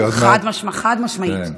חד-משמעית.